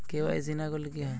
KYC না করলে কি হয়?